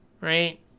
right